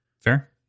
fair